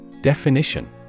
Definition